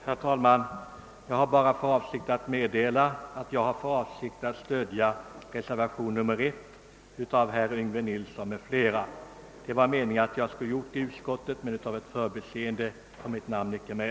Herr talman! Jag har endast för avsikt att meddela att jag ämnar stödja reservationen 1 av herr Yngve Nilsson m.fl. Jag skulle ha stött den i utskottet, men av ett förbiseende kom mitt namn inte med.